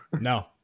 no